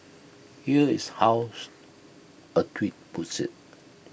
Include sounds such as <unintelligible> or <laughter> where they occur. here is how <unintelligible> A tweet puts IT